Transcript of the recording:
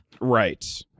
Right